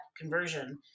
conversion